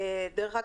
דרך אגב,